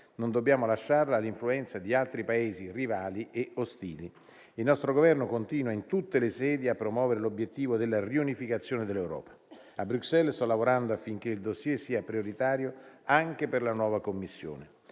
non dobbiamo lasciare all'influenza di altri Paesi rivali e ostili. Il nostro Governo continua in tutte le sedi a promuovere l'obiettivo della riunificazione dell'Europa. A Bruxelles sto lavorando affinché il *dossier* sia prioritario anche per la nuova Commissione.